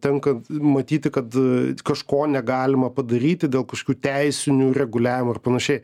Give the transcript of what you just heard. tenka matyti kad kažko negalima padaryti dėl kažkokių teisinių reguliavimų ir panašiai